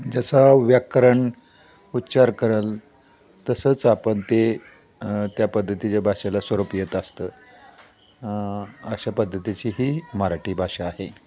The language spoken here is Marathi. जसं व्याकरण उच्चार करेल तसंच आपण ते त्या पद्धतीच्या भाषेला स्वरूप येत असतं अशा पद्धतीची ही मराठी भाषा आहे